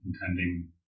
intending